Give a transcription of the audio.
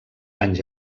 anys